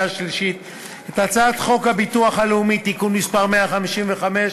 השלישית את הצעת חוק הביטוח הלאומי (תיקון מס' 155),